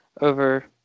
over